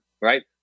right